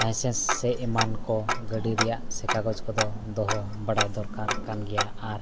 ᱥᱮ ᱮᱢᱟᱱᱠᱚ ᱜᱟᱹᱰᱤ ᱨᱮᱭᱟᱜ ᱥᱮ ᱠᱟᱜᱚᱡᱽ ᱠᱚᱫᱚ ᱫᱚᱦᱚ ᱵᱟᱲᱟᱭ ᱫᱚᱨᱠᱟᱨ ᱠᱟᱱ ᱜᱮᱭᱟ ᱟᱨ